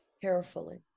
carefully